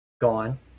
gone